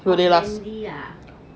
will they last